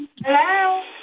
Hello